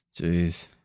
Jeez